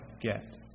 get